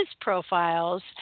profiles